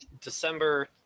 December